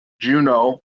Juno